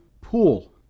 pool